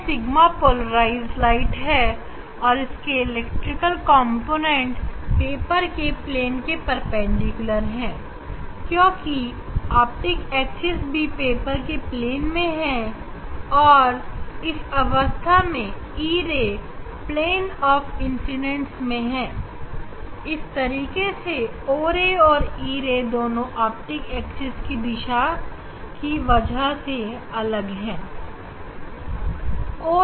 यह sigma polarised है और इसके इलेक्ट्रिक कॉम्पोनेंट पेपर के प्लेन के परपेंडिकुलर है क्योंकि ऑप्टिक एक्सिस भी पेपर के प्लेन में है और इस अवस्था में e ray plane of incident में है इस तरीके से o ray और e ray दोनों ऑप्टिक एक्सिस की दिशा की वजह से विपरीत है